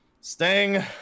Sting